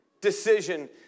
decision